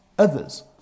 others